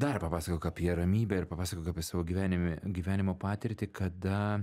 dar papasakok apie ramybę ir papasakok apie savo gyvenime gyvenimo patirtį kada